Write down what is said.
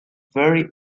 very